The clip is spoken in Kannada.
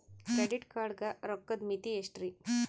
ಕ್ರೆಡಿಟ್ ಕಾರ್ಡ್ ಗ ರೋಕ್ಕದ್ ಮಿತಿ ಎಷ್ಟ್ರಿ?